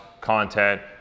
content